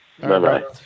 Bye-bye